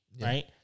right